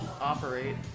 operate